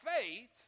faith